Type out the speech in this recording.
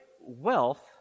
wealth